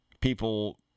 people